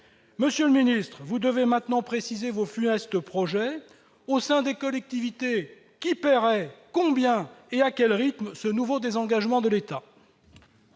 Monsieur le ministre, vous devez maintenant préciser vos funestes projets : au sein des collectivités, qui paierait, comment et à quel rythme ce nouveau désengagement de l'État ?